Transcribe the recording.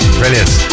brilliant